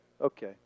Okay